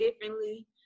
differently